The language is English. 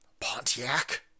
Pontiac